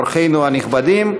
אורחינו הנכבדים,